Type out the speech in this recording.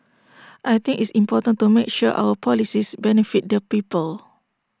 I think it's important to make sure our policies benefit the people